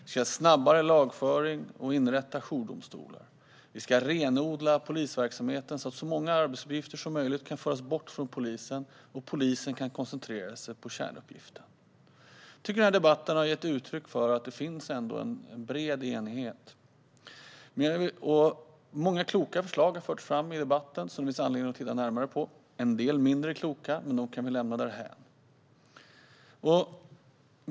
Vi ska ha snabbare lagföring och inrätta jourdomstolar. Vi ska renodla polisverksamheten så att så många arbetsuppgifter som möjligt kan föras bort från polisen och polisen kan koncentrera sig på kärnuppgiften. Jag tycker att den här debatten har gett uttryck för att det finns en bred enighet. Många kloka förslag har förts fram i debatten, förslag som det finns anledning att titta närmare på. Det finns också en del mindre kloka förslag, men dem kan vi lämna därhän.